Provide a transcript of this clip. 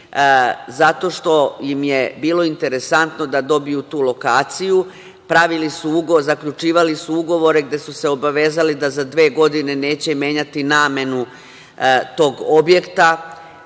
zato što im je bilo interesantno da dobiju tu lokaciju. Zaključivali su ugovore gde su se obavezali da za dve godine neće menjati namenu tog objekta.